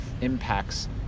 impacts